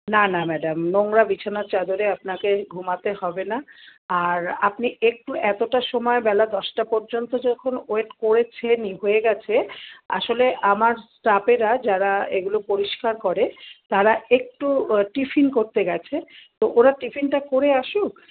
না না ম্যাডাম নোংরা বিছানার চাদরে আপনাকে ঘুমোতে হবে না আর আপনি একটু এতটা সময় বেলা দশটা পর্যন্ত যখন ওয়েট করেছেনই হয়ে গেছে আসলে আমার স্টাফেরা যারা এগুলো পরিষ্কার করে তারা একটু টিফিন করতে গেছে তো ওরা টিফিনটা করে আসুক